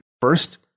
First